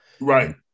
Right